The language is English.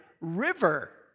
river